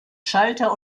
schalter